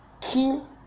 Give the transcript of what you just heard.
kill